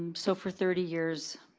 so for thirty years.